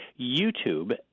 YouTube